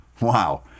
Wow